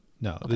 No